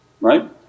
right